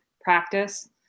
practice